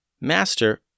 Master